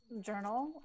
journal